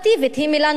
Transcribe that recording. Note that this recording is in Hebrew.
היא מלה נורמלית.